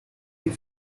you